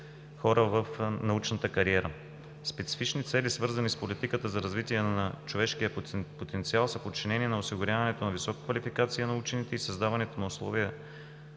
в научната кариера. Специфични цели, свързани с политиката за развитие на човешкия потенциал, са подчинени на осигуряването на висока квалификация на учените и създаването на условия